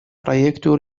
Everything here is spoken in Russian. проекту